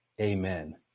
amen